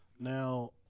now